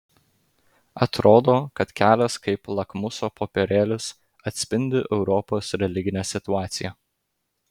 atrodo kad kelias kaip lakmuso popierėlis atspindi europos religinę situaciją